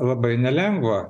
labai nelengva